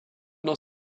dans